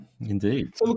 Indeed